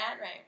right